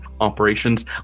operations